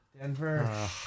Denver